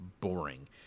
boring